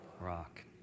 rock